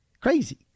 Crazy